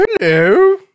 Hello